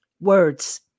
Words